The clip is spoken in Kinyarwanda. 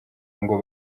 ngo